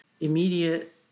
immediate